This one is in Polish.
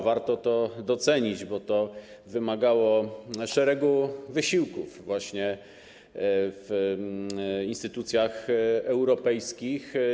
Warto to docenić, bo to wymagało szeregu wysiłków właśnie w instytucjach europejskich.